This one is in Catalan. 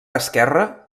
esquerra